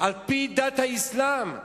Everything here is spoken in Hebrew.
על-פי דת האסלאם.